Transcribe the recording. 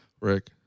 Rick